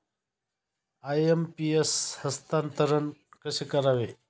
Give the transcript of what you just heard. IMPS हस्तांतरण कसे करावे?